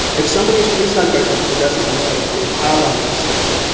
if somebody is criticized by progressive's on twitter and they pile on intuits,